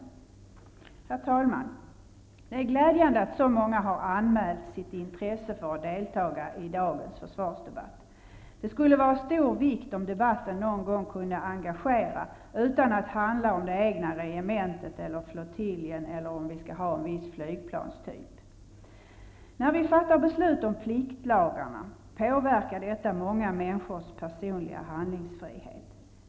Herr talman! Det är glädjande att så många har anmält sitt intresse för att deltaga i dagens försvarsdebatt. Det skulle vara av stor vikt om debatten någon gång kunde engagera utan att handla om det egna regementet eller den egna flottiljen eller huruvida vi skall ha en viss flygplanstyp. När vi fattar beslut om pliktlagarna påverkar detta många människors personliga handlingsfrihet.